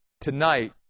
tonight